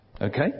Okay